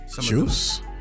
juice